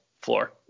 floor